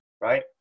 Right